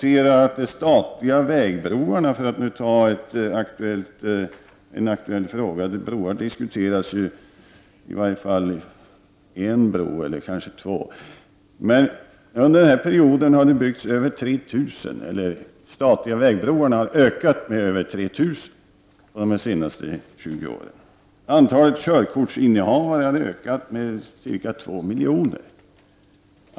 Just nu diskuteras broar, i varje fall en bro, eller kanske två. Man kan notera att det har byggts över 3 000 statliga broar under denna period. Antalet körkort har ökat med ca 2 miljoner.